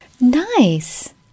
nice